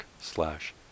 slash